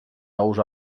nous